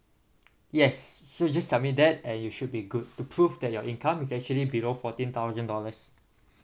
yes so just submit that and you should be good to prove that your income is actually below fourteen thousand dollars